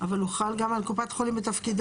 אבל הוא חל גם על קופת חולים בתפקידה